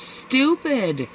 stupid